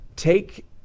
Take